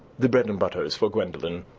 the bread and butter is for gwendolen.